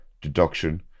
deduction